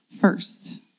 first